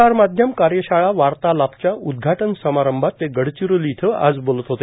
प्रसारमाध्यम कार्यशाळा वार्तालापच्या उद्घाटन समारंभात ते गडचिरोली इथं आज बोलत होते